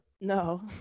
No